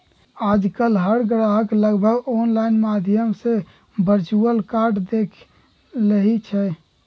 आजकल हर ग्राहक लगभग ऑनलाइन माध्यम से वर्चुअल कार्ड देख लेई छई